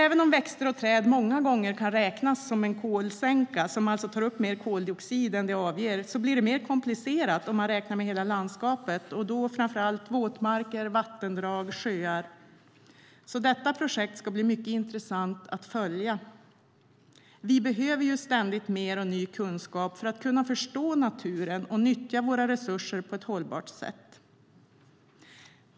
Även om växter och träd många gånger kan räknas som en kolsänka, som alltså tar upp mer koldioxid än de avger, blir det mer komplicerat om man räknar med hela landskapet och då framför allt våtmarker, vattendrag och sjöar. Det ska bli mycket intressant att följa detta projekt. Vi behöver ständigt mer och ny kunskap för att kunna förstå naturen och nyttja våra resurser på ett hållbart sätt.